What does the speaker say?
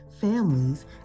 families